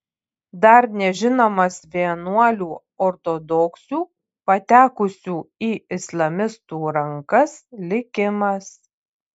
dar nežinomas vienuolių ortodoksių patekusių į islamistų rankas likimas